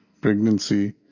pregnancy